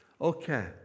Okay